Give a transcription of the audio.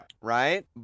Right